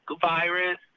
virus